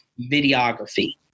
videography